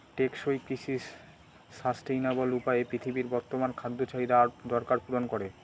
টেকসই কৃষি সাস্টেইনাবল উপায়ে পৃথিবীর বর্তমান খাদ্য চাহিদা আর দরকার পূরণ করে